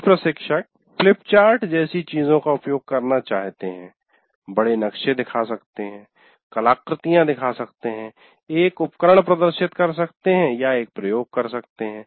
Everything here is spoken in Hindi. कुछ प्रशिक्षक फ्लिपचार्ट जैसी चीजों का उपयोग करना चाहते हैं बड़े नक्शे दिखा सकते हैं कलाकृतियां दिखा सकते हैं एक उपकरण प्रदर्शित कर सकते हैं या एक प्रयोग कर सकते हैं